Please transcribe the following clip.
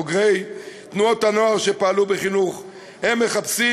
בוגרי תנועות הנוער שפעלו בחינוך מחפשים